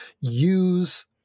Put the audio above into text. use